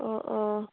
অঁ অঁ